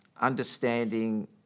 understanding